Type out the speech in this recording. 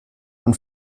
und